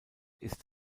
ist